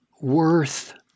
worth